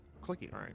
clicking